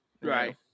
Right